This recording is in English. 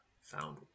found